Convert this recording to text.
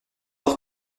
leur